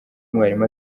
mwarimu